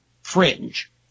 fringe